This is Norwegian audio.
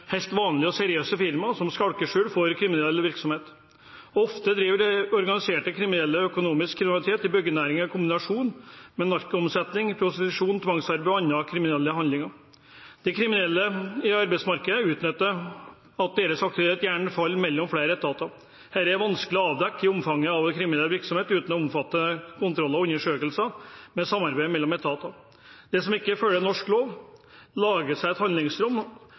vanlige og seriøse firma, som skalkeskjul for kriminell virksomhet. Og ofte driver disse organiserte kriminelle økonomisk kriminalitet i byggenæringen i kombinasjon med narkotikaomsetning, prostitusjon, tvangsarbeid og andre kriminelle handlinger. De kriminelle i arbeidsmarkedet utnytter at deres aktivitet gjerne faller mellom flere etater. Det er vanskelig å avdekke omfanget av den kriminelle virksomheten uten omfattende kontroller og undersøkelser med samarbeid mellom etatene. De som ikke følger norsk lov, lager seg et handlingsrom